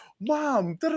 mom